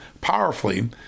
powerfully